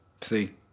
See